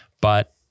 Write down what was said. But-